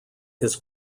his